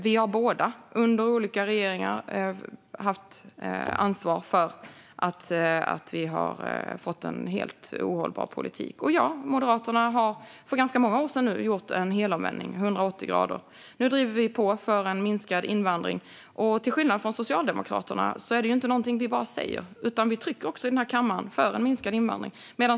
Vi har båda under olika regeringar haft ansvar för att vi fått en helt ohållbar politik. Ja, Moderaterna har gjort en helomvändning om 180 grader. Det är nu ganska många år sedan. Nu driver vi på för en minskad invandring. Till skillnad från Socialdemokraterna är det inte någonting vi bara säger. Vi trycker också i den här kammaren för en minskad invandring.